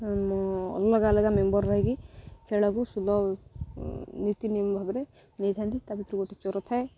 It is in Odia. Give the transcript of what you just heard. ଅଲଗା ଅଲଗା ମେମ୍ବର୍ ରହିକି ଖେଳକୁ ସୁୁଧ ନୀତିନିୟମ ଭାବରେ ନେଇଥାନ୍ତି ତା ଭିତରୁ ଗୋଟେ ଚୋର ଥାଏ